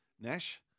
Nash